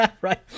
Right